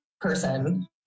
person